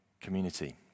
community